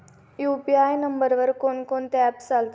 UPI नंबरवर कोण कोणते ऍप्स चालतात?